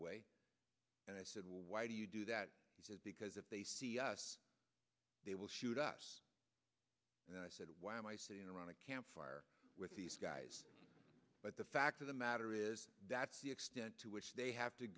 away and i said well why do you do that because if they see us they will shoot us and i said why am i sitting around a campfire with these guys but the fact of the matter is that the extent to which they have to